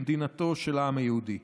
כמדינתו של העם היהודי.